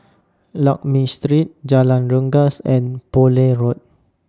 Lakme Street Jalan Rengas and Poole Road